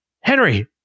Henry